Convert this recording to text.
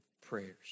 prayers